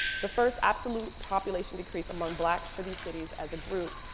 the first absolute population decrease among blacks for these cities as a group.